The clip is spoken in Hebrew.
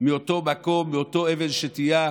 מאותו מקום, מאותה אבן שתייה,